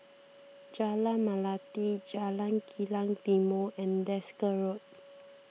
Jalan Melati Jalan Kilang Timor and Desker Road